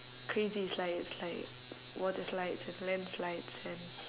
crazy slides like water slides and land slides and